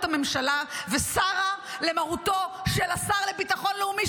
הממשלה וסרה למרותו של השר לביטחון לאומי,